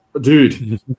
Dude